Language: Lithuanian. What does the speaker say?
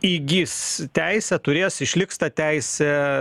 įgis teisę turės išliks ta teisė